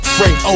Frank